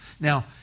Now